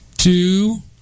Two